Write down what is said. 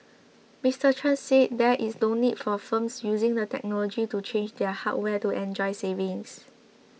Mister Chen said there is no need for firms using the technology to change their hardware to enjoy savings